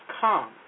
come